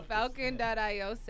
Falcon.io